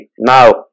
now